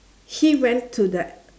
he went to the